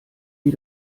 wie